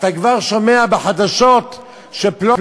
אתה כבר שומע בחדשות שפלוני-אלמוני,